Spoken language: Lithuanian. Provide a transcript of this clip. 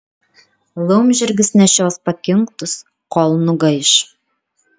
laumžirgis nešios pakinktus kol nugaiš